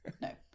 no